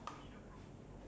ten more minutes lah